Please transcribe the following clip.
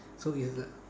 so it's like